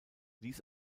ließ